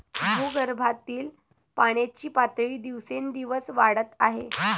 भूगर्भातील पाण्याची पातळी दिवसेंदिवस वाढत आहे